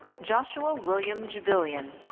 joshua william jibilian.